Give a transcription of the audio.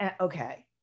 okay